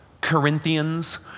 Corinthians